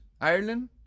Ireland